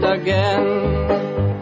again